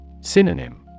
Synonym